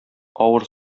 авыр